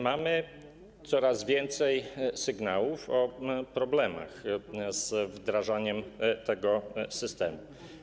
Mamy coraz więcej sygnałów o problemach z wdrażaniem tego systemu.